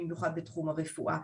במיוחד בתחום הרפואה,